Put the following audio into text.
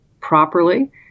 properly